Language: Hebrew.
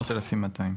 5,200 ₪.